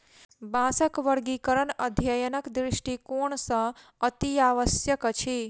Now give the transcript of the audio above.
बाँसक वर्गीकरण अध्ययनक दृष्टिकोण सॅ अतिआवश्यक अछि